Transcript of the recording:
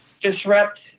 disrupt